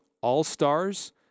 all-stars